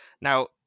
now